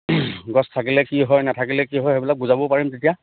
গছ থাকিলে কি হয় নাথাকিলে কি হয় সেইবিলাক বুজাব পাৰিম তেতিয়া